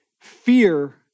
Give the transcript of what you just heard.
fear